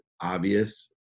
obvious